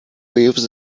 lives